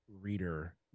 Reader